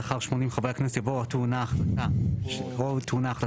לאחר '80 חברי כנסת' יבוא --- איך שוב?